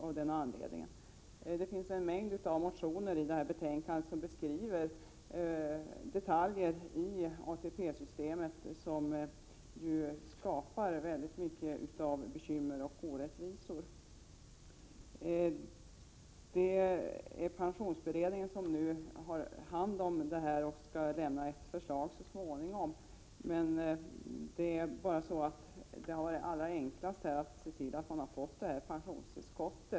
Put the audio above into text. I detta betänkande behandlas en mängd motioner som beskriver detaljer i ATP-systemet som skapar bekymmer och orättvisor. Pensionsberedningen skall så småningom lämna ett förslag rörande dessa frågor. Det allra enklaste hade dock varit att se till att dessa pensionärer får ett pensionstillskott.